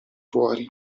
fuori